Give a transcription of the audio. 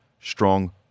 strong